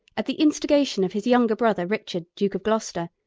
at the instigation of his younger brother, richard, duke of gloucester,